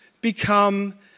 become